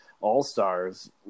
all-stars